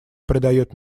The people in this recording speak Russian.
придает